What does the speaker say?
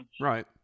Right